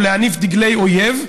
או להניף דגלי אויב,